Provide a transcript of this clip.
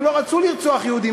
הם לא רצו לרצוח יהודים,